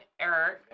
Eric